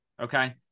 Okay